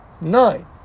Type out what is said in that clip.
nine